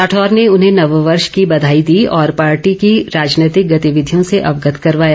राठौर ने उन्हें नववर्ष ँकी बधाई दी और पार्टी की राजनैतिक गतिविधियों से अवगत करवाया